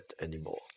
anymore